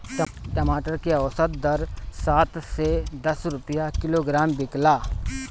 टमाटर के औसत दर सात से दस रुपया किलोग्राम बिकला?